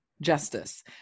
justice